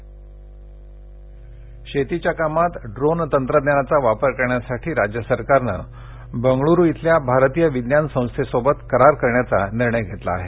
डोन लातर शेतीच्या कामात ड्रोन तंत्रज्ञानाचा वापर करण्यासाठी राज्य सरकारनं बंगळूरूच्या भारतीय विज्ञान संस्थेशी करार करण्याचा निर्णय घेतला आहे